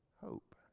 hope